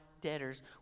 debtors